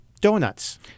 donuts